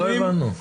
לא הבנו.